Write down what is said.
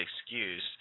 excuse